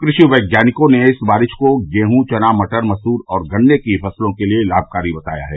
कृषि वैज्ञानिकों ने इस बारिश को गेहँ चना मटर मसूर और गन्ने की फसलों के लिये लाभकारी बताया है